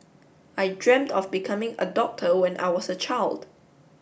I dreamed of becoming a doctor when I was a child